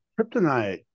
Kryptonite